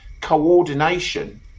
coordination